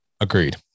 Agreed